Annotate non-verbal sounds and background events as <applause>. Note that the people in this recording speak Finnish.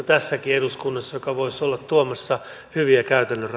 <unintelligible> tässäkin eduskunnassa paljon asiantuntemusta joka voisi olla tuomassa hyviä käytännön <unintelligible>